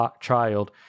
child